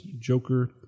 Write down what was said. Joker